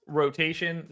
rotation